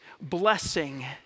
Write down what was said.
blessing